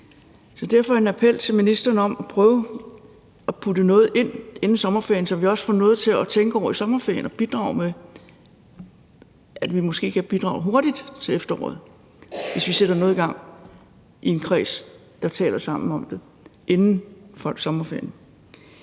Så derfor en appel til ministeren om at prøve at putte noget ind inden sommerferien, så vi også får noget at tænke over i sommerferien og kan bidrage med det, og at vi måske kan bidrage hurtigt i efteråret, hvis vi sætter noget i gang i en kreds, der taler sammen om det inden sommerferien.